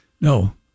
No